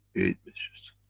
eight measures.